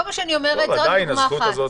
זאת דוגמה אחת.